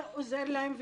ועוזר להן,